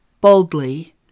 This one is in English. boldly